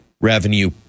revenue